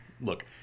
Look